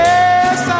Yes